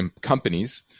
companies